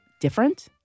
different